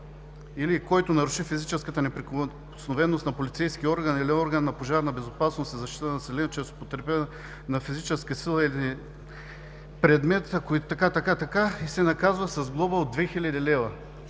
или: „който наруши физическата неприкосновеност на полицейски орган или орган на „Пожарна безопасност и защита на населението“ чрез употреба на физическа сила или предмет“… и така нататък, се наказва с глоба от 2 хил.